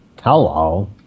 Hello